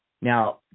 Now